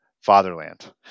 fatherland